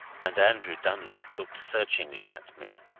and andrew dunlop looked searchingly at me.